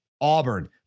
Auburn